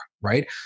right